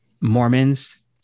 mormons